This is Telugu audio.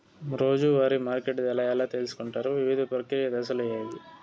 రోజూ వారి మార్కెట్ ధర ఎలా తెలుసుకొంటారు వివిధ ప్రక్రియలు దశలు ఏవి?